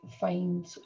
find